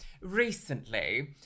recently